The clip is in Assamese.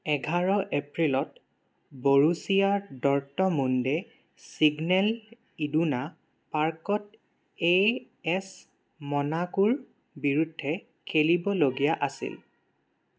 এঘাৰ এপ্ৰিলত বৰুছিয়া ডৰ্টমুণ্ডে চিগনেল ইডুনা পাৰ্কত এ এছ মনাকোৰ বিৰুদ্ধে খেলিবলগীয়া আছিল